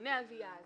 ממונה --- אני